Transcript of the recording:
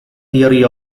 theory